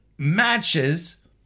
matches